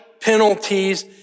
penalties